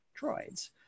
droids